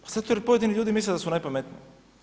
Pa zato jer pojedini ljudi misle da su najpametniji.